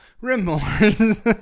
Remorse